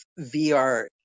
VR